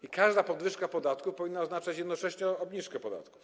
I każda podwyżka podatku powinna oznaczać jednocześnie obniżkę podatków.